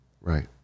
Right